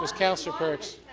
was councillor perks.